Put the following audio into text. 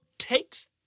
takes